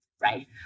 right